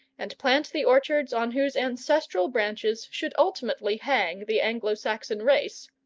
and plant the orchards on whose ancestral branches should ultimately hang the anglo-saxon race,